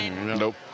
Nope